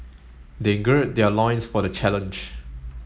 they gird their loins for the challenge